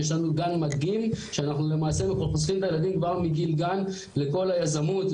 יש לנו גן מדגים שאנחנו למעשה חושפים את הילדים כבר מגיל גן לכל היזמות,